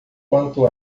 quanto